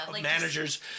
managers